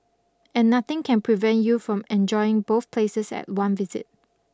and nothing can prevent you from enjoying both places at one visit